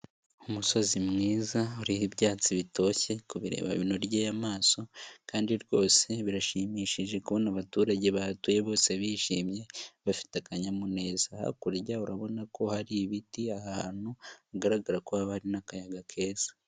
Umusozi mwiza uriho ibyatsi bitoshye kubireba binogeye amasoso, kandi rwose birashimishije kubona abaturage bahatuye bose bishimye bafite akanyamuneza, hakurya urabona ko hari ibiti ahantu hagaragara ko haba hari n'akayaga keza.